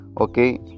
okay